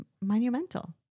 monumental